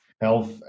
health